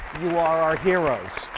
you are our heroes.